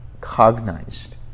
cognized